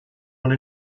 one